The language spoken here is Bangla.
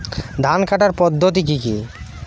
ধান কাটার পদ্ধতি কি কি?